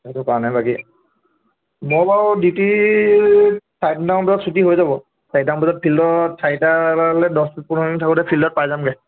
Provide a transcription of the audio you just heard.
সেইটো কাৰণে বাকী মই বাৰু ডিউটি চাৰে তিনিটামান বজাত ছুটী হৈ যাব চাৰিটামান বজাত ফিল্ডত চাৰিটালৈ দছ পোন্ধৰ মিনিট থাকোঁতে ফিল্ডত পাই যামগৈ